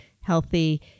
healthy